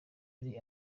ari